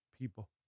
people